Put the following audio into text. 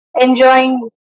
enjoying